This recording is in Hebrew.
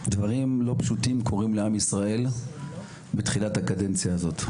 דברים לא פשוטים קורים לעם ישראל בתחילת הקדנציה הזאת.